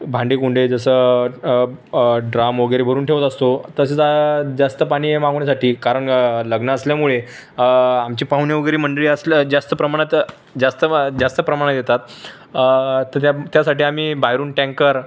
भांडेकुंडे जसं अब ड्राम वगैरे भरून ठेवत असतो तसेच जास्त पाणी मागवण्यासाठी कारण लग्न असल्यामुळे आमचे पाहुणे वगैरे मंडळी असलं जास्त प्रमाणात जास्त बा जास्त प्रमाणात येतात तर त्याम् त्या त्यासाठी आम्ही बाहेरून टँकर